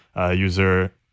user